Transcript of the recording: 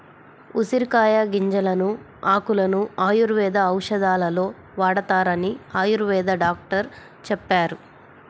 ఉసిరికాయల గింజలను, ఆకులను ఆయుర్వేద ఔషధాలలో వాడతారని ఆయుర్వేద డాక్టరు చెప్పారు